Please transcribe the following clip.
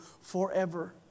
forever